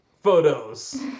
photos